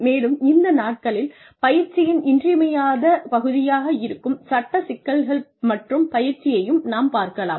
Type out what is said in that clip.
மேலும் இந்த நாட்களில் பயிற்சியின் இன்றியமையாத பகுதியாக இருக்கும் சட்ட சிக்கல்கள் மற்றும் பயிற்சியையும் நாம் பார்க்கலாம்